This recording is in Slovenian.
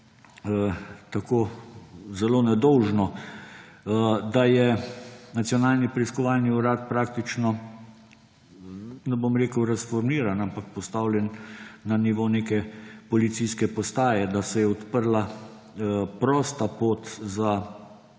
tako zelo nedolžno, da je Nacionalni preiskovalni urad praktično, ne bom rekel, razformiran, ampak postavljen na nivo neke policijske postaje, da se je odprla prosta pot za